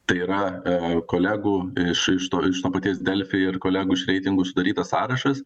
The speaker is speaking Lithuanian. tai yra e kolegų iš iš to iš to paties delfi ir kolegų iš reitingų sudarytas sąrašas